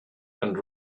and